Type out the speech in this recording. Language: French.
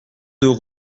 deux